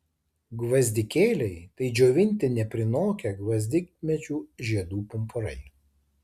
gvazdikėliai tai džiovinti neprinokę gvazdikmedžių žiedų pumpurai